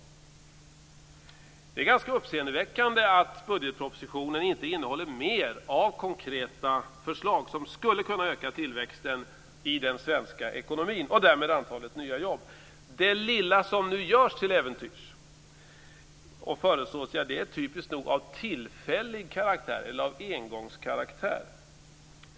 Det är ganska uppseendeväckande att budgetpropositionen inte innehåller mer av konkreta förslag som skulle kunna öka tillväxten i den svenska ekonomin och därmed antalet nya jobb. Det lilla som nu till äventyrs görs och föreslås är typiskt nog av tillfällig karaktär eller av engångskaraktär.